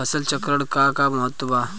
फसल चक्रण क का महत्त्व बा?